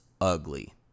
ugly